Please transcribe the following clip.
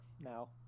Now